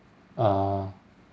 ah